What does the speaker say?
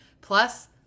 plus